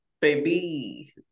baby